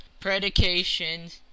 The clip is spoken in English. predications